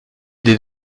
des